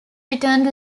returned